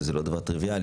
שזה לא דבר טריוויאלי,